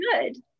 good